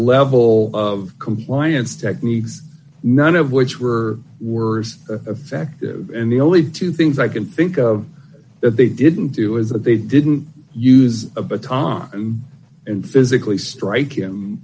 level of compliance techniques none of which were words of fact and the only two things i can think of that they didn't do is that they didn't use a baton and physically strike him